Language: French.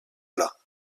plats